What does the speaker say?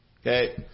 Okay